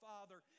Father